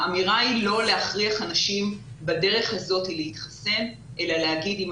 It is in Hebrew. האמירה היא לא להכריח אנשים בדרך הזאת להתחסן אלא להגיד שאם